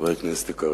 חברי כנסת יקרים,